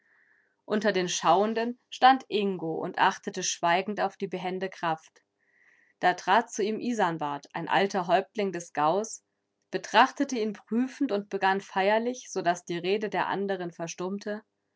unter den schauenden stand ingo und achtete schweigend auf die behende kraft da trat zu ihm isanbart ein alter häuptling des gaues betrachtete ihn prüfend und begann feierlich so daß die rede der anderen verstummte